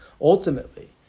Ultimately